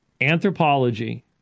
anthropology